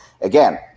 again